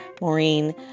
Maureen